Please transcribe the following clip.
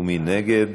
מי נגד?